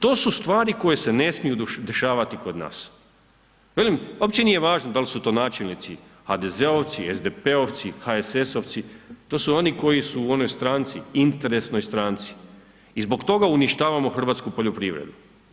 To su stvari koje se ne smiju dešavati kod nas, velim opće nije važno da li su to načelnici HDZ-ovci, SDP-ovci, HSS-ovci, to su oni koji su u onoj stranci interesnoj stranci i zbog toga uništavamo hrvatsku poljoprivredu.